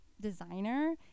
designer